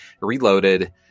reloaded